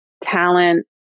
talent